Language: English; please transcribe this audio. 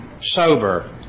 sober